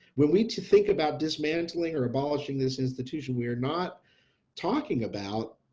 when we to think about dismantling or abolishing this institution, we're not talking about.